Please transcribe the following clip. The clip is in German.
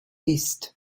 ist